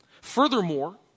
Furthermore